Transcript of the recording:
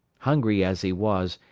hungry as he was,